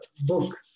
book